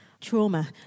Trauma